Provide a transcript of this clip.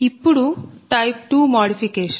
ఇప్పుడు type 2 modification